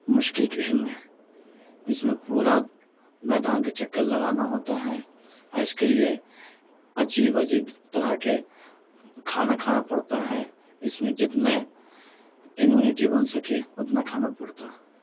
مشکل کیہم ہے اس میں پورا میدان کا چکر لگانا ہوتا ہے اور اس کے لیے عجیب عجیب طرح کے کھانا کھانا پڑتا ہے اس میں جتنے امیونٹی بن سکے اتنا کھانا پڑتا ہے